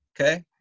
okay